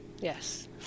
yes